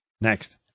Next